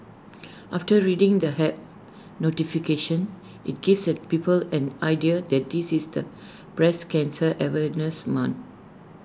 after reading the app notification IT gives people an idea that this is the breast cancer awareness month